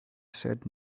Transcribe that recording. said